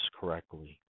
correctly